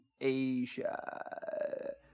Asia